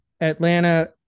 Atlanta